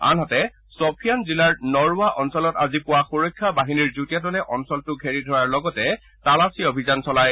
আনহাতে চফিয়ান জিলাৰ নৰৱা অঞ্চলত আজি পুৱা সুৰক্ষা বাহিনীৰ যুটীয়া দলে অঞ্চলটো ঘেৰি ধৰাৰ লগতে তালাচী অভিযান চলায়